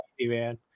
man